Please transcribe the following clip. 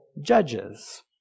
judges